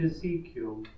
Ezekiel